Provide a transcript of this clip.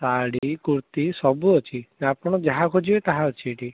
ଶାଢ଼ୀ କୁର୍ତ୍ତି ସବୁ ଅଛି ଆପଣ ଯାହା ଖୋଜିବେ ତାହା ଅଛି ଏଠି